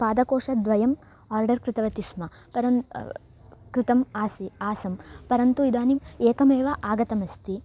पादकोशद्वयम् order कृतवती स्म परं कृतम् आसीत् आसं परन्तु इदानीम् एकमेव आगतमस्ति